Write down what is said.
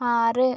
ആറ്